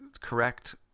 correct